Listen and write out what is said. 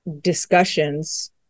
discussions